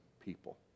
people